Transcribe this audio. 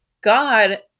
God